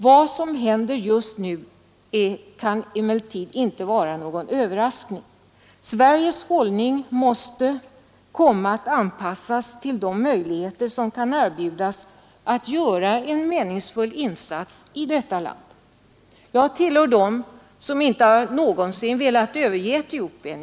Vad som händer just nu kan inte vara någon överraskning. Sveriges hållning måste komma att anpassas till de möjligheter som kan erbjudas att göra en meningsfull insats i detta land. Jag tillhör dem som inte någonsin har velat överge Etiopien.